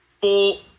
full